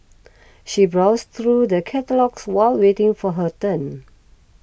she browsed through the catalogues while waiting for her turn